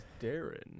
Darren